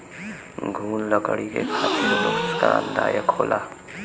घुन लकड़ी के खातिर नुकसानदायक होला